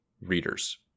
readers